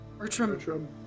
Bertram